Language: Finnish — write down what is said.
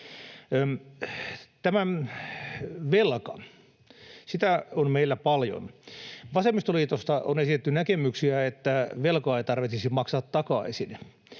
Tämä velka — sitä on meillä paljon. Vasemmistoliitosta on esitetty näkemyksiä, että velkaa ei tarvitsisi maksaa takaisin.